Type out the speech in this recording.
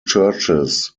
churches